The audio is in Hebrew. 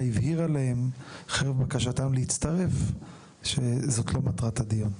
הבהירה להם חרף בקשתם להצטרף שזו לא מטרת הדיון.